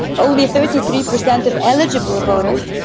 only thirty three percent of eligible voters,